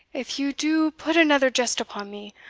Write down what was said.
if you do put another jest upon me,